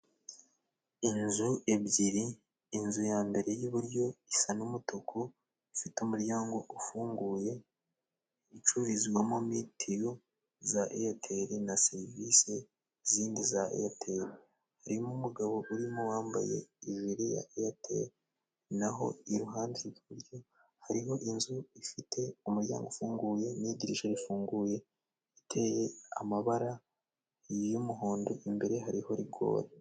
Inzu ebyiri, inzu ya mbere y'iburyo isa n'umutuku. Ifite umuryango ufunguye, icururizwamo mitiyu za airtel na serivisi zindi za eyateli. Hari umugabo urimo wambaye ijiri ya airtel. Na ho iruhande rw'iburyo, hariho inzu ifite umuryango ufunguye n'idirishya rifunguye riteye amabara y'umuhondo imbere hariho rigori.